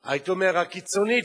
הייתי אומר הקיצונית קצת,